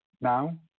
now